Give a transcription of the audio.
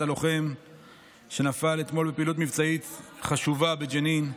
הלוחם שנפל אתמול בפעילות מבצעית חשובה בג'נין,